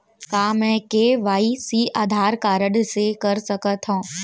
का मैं KYC Aadhaar card से कर सकत हो?